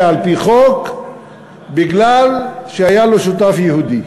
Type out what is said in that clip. על-פי חוק מפני שהיה לו שותף יהודי.